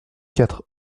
quatre